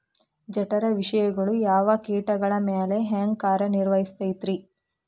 ಜಠರ ವಿಷಗಳು ಯಾವ ಕೇಟಗಳ ಮ್ಯಾಲೆ ಹ್ಯಾಂಗ ಕಾರ್ಯ ನಿರ್ವಹಿಸತೈತ್ರಿ?